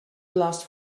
last